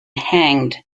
hanged